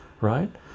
right